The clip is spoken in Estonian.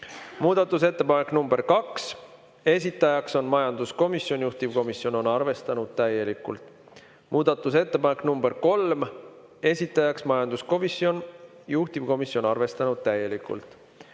Muudatusettepanek nr 2, esitaja on majanduskomisjon, juhtivkomisjon on arvestanud täielikult. Muudatusettepanek nr 3, esitaja on majanduskomisjon, juhtivkomisjon on arvestanud täielikult.